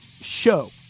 show